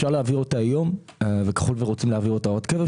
אפשר להעביר אותה היום וככל שרוצים אותה להוראת קבע,